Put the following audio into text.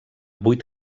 vuit